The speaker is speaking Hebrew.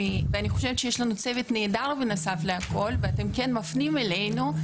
ואני חושבת שיש לנו צוות נהדר ואתם כן מפנים אלינו,